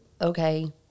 okay